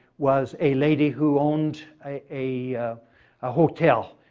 was a lady who owned a a hotel.